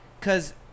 cause